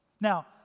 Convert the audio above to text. Now